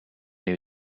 new